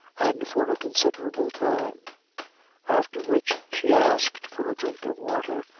and for a considerable time after which she asked for a drink of water,